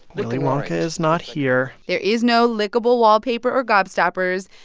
willy wonka is not here there is no lickable wallpaper or gobstoppers,